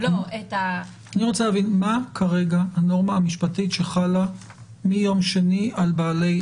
אני רוצה להבין מה כרגע הנורמה המשפטית שחלה מיום שני על בעלי,